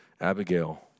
Abigail